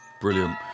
Brilliant